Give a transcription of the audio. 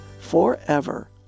forever